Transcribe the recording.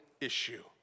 issue